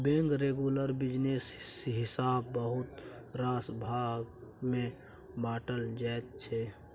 bank regulation business हिसाबेँ बहुत रास भाग मे बाँटल जाइ छै